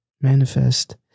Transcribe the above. Manifest